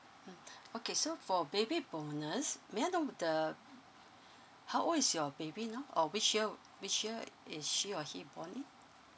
mm okay so for baby bonus may I know the uh how old is your baby now or which year which year is she or he born in